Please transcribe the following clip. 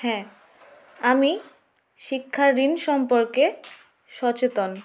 হ্যাঁ আমি শিক্ষা ঋণ সম্পর্কে সচেতন